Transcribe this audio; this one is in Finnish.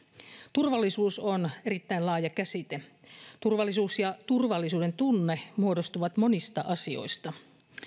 turvallisuus on erittäin laaja käsite turvallisuus ja turvallisuudentunne muodostuvat monista asioista